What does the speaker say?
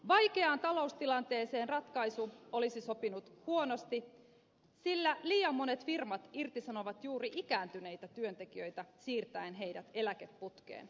vaikeaan taloustilanteeseen ratkaisu olisi sopinut huonosti sillä liian monet firmat irtisanovat juuri ikääntyneitä työntekijöitä siirtäen heidät eläkeputkeen